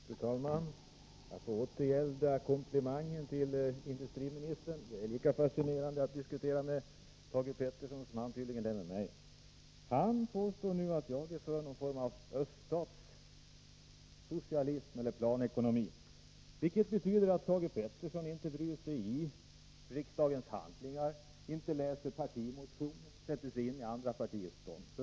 Fru talman! Jag får återgälda industriministerns komplimang: Jag tycker att det är lika fascinerande att diskutera med Thage Peterson som han tydligen tycker att det är att diskutera med mig. Thage Peterson påstår nu att jag är för någon form av öststatssocialism eller planekonomi, vilket betyder att han inte bryr sig om riksdagens handlingar, inte läser partimotioner, inte sätter sig in i andra partiers ståndpunkter.